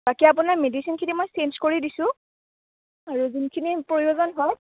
বাকী আপোনাৰ মেডিছিনখিনি মই চেইঞ্জ কৰি দিছোঁ আৰু যোনখিনি প্ৰয়োজন হয়